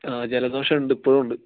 ആ ജലദോഷം ഉണ്ട് ഇപ്പോഴും ഉണ്ട്